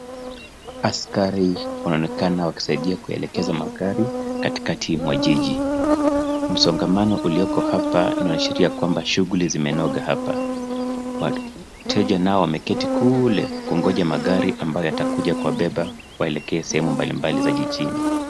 Askari wanaonekana walisaidia kuelekeza magari katikati mwa jiji. Msongamano ulioko hapa unaashiria kwamba shughuli zimenoga hapa. Wateja nao wameketi kule kungoja magari ambayo yatakuja kuwabeba waelekee sehumu mbalimbali za jijini.